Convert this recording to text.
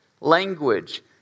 language